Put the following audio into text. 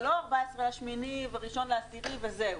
זה לא ה-14 באוגוסט וראשון באוקטובר וזהו.